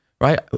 right